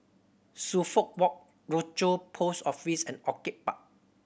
Suffolk Walk Rochor Post Office and Orchid Park